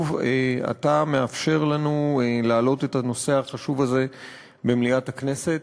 אתה מאפשר לנו להעלות את הנושא החשוב הזה במליאת הכנסת.